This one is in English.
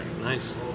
nice